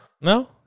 No